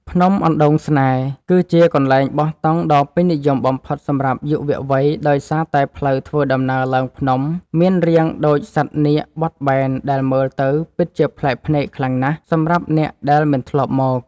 ភ្នំអណ្ដូងស្នេហ៍ គឺជាកន្លែងបោះតង់ដ៏ពេញនិយមបំផុតសម្រាប់យុវវ័យដោយសារតែផ្លូវធ្វើដំណើរឡើងភ្នំមានរាងដូចសត្វនាគបត់បែនដែលមើលទៅពិតជាប្លែកភ្នែកខ្លាំងណាស់សម្រាប់អ្នកដែលមិនធ្លាប់មក។